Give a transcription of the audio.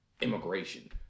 immigration